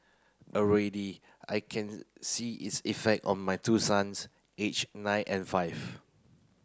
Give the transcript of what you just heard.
already I can see its effect on my two sons aged nine and five